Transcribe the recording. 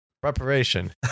Preparation